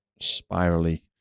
spirally